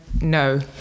No